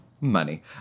money